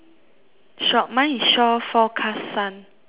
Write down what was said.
shop mine is shore forecast sun